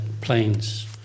planes